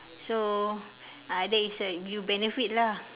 so uh that is err you benefit lah